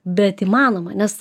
bet įmanoma nes